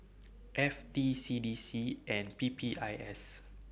F T C D C and P P I S